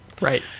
Right